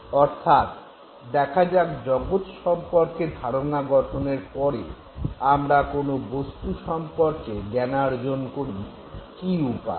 অর্থাৎ দেখা যাক জগৎ সম্পর্কে ধারণা গঠনের পরে আমরা কোনো বস্তু সম্পর্কে জ্ঞানার্জন করি কী উপায়ে